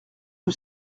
rue